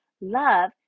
love